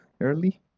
early